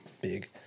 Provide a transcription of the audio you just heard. big